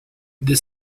the